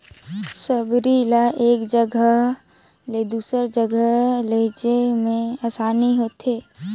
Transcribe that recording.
सबरी ल एक जगहा ले दूसर जगहा लेइजे मे असानी होथे